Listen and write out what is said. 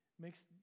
makes